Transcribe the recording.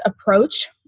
approach